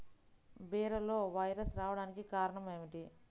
బీరలో వైరస్ రావడానికి కారణం ఏమిటి?